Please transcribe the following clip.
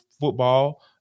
football